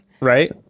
right